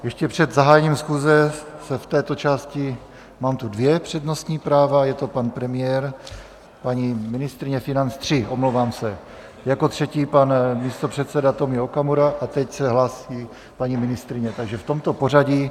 Ještě před zahájením schůze se v této části... mám tu dvě přednostní práva, je to pan premiér a paní ministryně financí... tři, omlouvám se, jako třetí pan místopředseda Tomio Okamura, a teď se hlásí paní ministryně, takže v tomto pořadí.